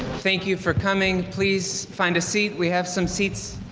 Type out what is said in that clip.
thank you for coming, please find a seat. we have some seats,